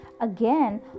again